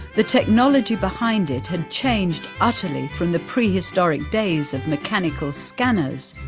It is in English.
the technology behind it had changed utterly from the prehistoric days of mechanical scanners.